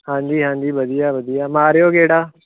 ਹਾਂਜੀ ਹਾਂਜੀ ਵਧੀਆ ਵਧੀਆ ਮਾਰਿਓ ਗੇੜਾ